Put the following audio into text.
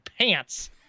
pants